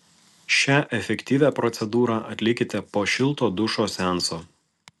šią efektyvią procedūrą atlikite po šilto dušo seanso